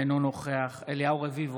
אינו נוכח אליהו רביבו,